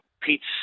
Pete's